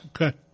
Okay